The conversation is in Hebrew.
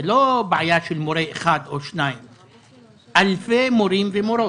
זה לא בעיה של מורה אחד או שניים אלא של אלפי מורים ומורות.